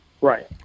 Right